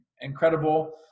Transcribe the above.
incredible